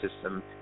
system